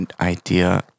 idea